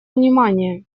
внимание